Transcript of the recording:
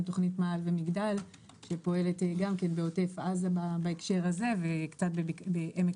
עם תוכנית "מאהל ומגדל" שפועלת בעוטף עזה וקצת בעמק